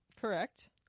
correct